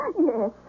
Yes